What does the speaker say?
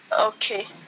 Okay